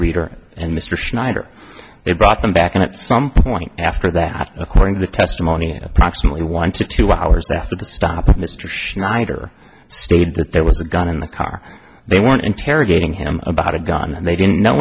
reader and mr schneider they brought them back and at some point after that according to the testimony approximately one to two hours after the stop mr schneider stated that there was a gun in the car they want interrogating him about a gun and they didn't know